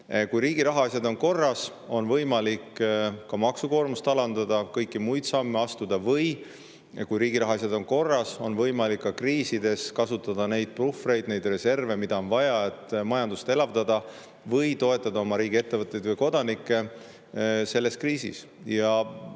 Kui riigi rahaasjad on korras, on võimalik ka maksukoormust alandada ja kõiki muid samme astuda. Kui riigi rahaasjad on korras, on võimalik ka kriisides kasutada puhvreid, reserve, mida on vaja, et majandust elavdada või toetada oma riigi ettevõtteid või kodanikke selles kriisis.